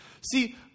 See